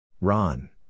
Ron